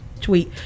tweet